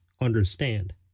understand